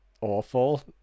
awful